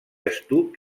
estuc